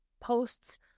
posts